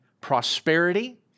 prosperity